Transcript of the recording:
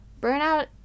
burnout